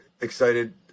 excited